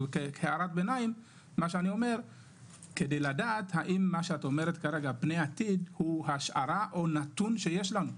כדי לדעת האם מה שאת אומרת כרגע פני עתיד הוא השערה או נתון שיש לנו.